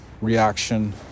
reaction